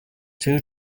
two